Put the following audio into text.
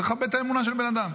צריך לכבד את האמונה של הבן אדם.